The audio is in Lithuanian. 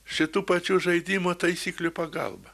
šitų pačių žaidimo taisyklių pagalba